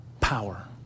power